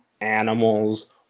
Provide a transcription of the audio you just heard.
animals